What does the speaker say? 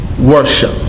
worship